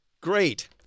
Great